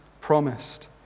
promised